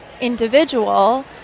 individual